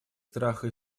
страха